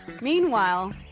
Meanwhile